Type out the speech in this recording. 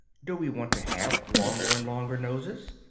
do we want to have longer and longer noses?